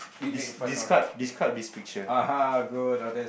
des~ describe describe this picture